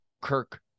Kirk